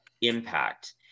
impact